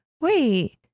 wait